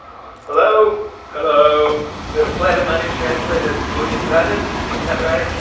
hello hello does planet money translate as money planet? isn't that right?